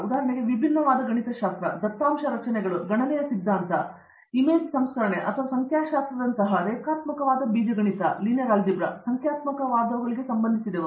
ಉದಾಹರಣೆಗೆ ವಿಭಿನ್ನವಾದ ಗಣಿತಶಾಸ್ತ್ರ ದತ್ತಾಂಶ ರಚನೆಗಳು ಗಣನೆಯ ಸಿದ್ಧಾಂತ ನಂತರ ಇಮೇಜ್ ಸಂಸ್ಕರಣೆ ಮತ್ತು ಸಂಖ್ಯಾಶಾಸ್ತ್ರದಂತಹ ರೇಖಾತ್ಮಕವಾದ ಬೀಜಗಣಿತದಂತಹ ಸಂಖ್ಯಾತ್ಮಕವಾದವುಗಳಿಗೆ ಸಂಬಂಧಿಸಿದವು